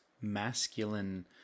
masculine